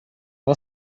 vad